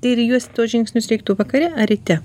ir juos tuos žingsnius reiktų vakare ar ryte